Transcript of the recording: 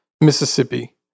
Mississippi